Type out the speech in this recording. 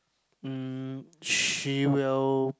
mm she will